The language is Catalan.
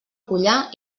collar